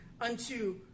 Unto